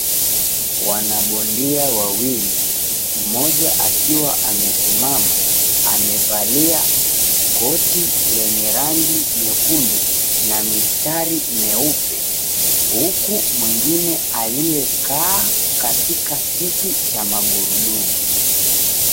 Wanabondia wawili, mmoja akiwa amesimama amevalia koti lenye rangi nyekundu na mistari meupe huku mwengine aliyekaa katika kiti cha magurudumu .